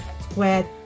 squared